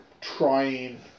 trying